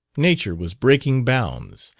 nature was breaking bounds.